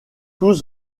tous